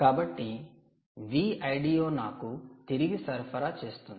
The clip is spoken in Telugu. కాబట్టి Vldo నాకు తిరిగి సరఫరా చేస్తుంది